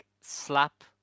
slap